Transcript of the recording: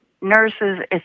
nurses